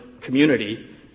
community